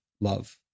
love